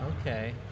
Okay